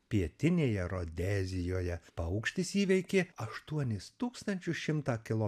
pietinėje rodezijoje paukštis įveikė aštuonis tūkstančius šimtą kilo